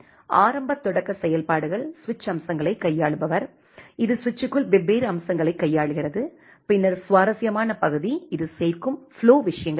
ஆரம்ப தொடக்க செயல்பாடுகள் சுவிட்ச் அம்சங்களை கையாளுபவர் இது சுவிட்சுக்குள் வெவ்வேறு அம்சங்களைக் கையாளுகிறது பின்னர் சுவாரஸ்யமான பகுதி இது சேர்க்கும் ஃப்ளோ விஷயங்கள் ஆகும்